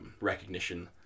recognition